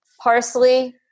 parsley